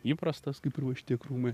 įprastas kaip ir va šitie krūmai